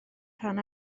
rhan